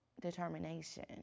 determination